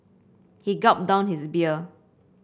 he gulped down his beer